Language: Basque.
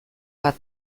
bat